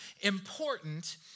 important